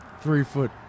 three-foot